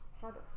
harder